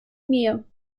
mir